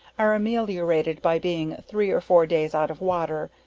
are ameliorated by being three or four days out of water,